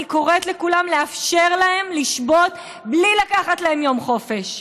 אני קוראת לכולם לאפשר להם לשבות בלי לקחת להם יום חופש,